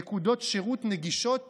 נקודות שירות נגישות